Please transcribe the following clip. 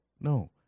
no